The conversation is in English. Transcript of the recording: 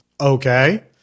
Okay